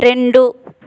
రెండు